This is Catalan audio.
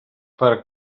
per